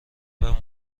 بمون